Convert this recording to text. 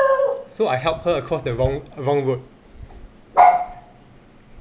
so I help her across the wrong wrong road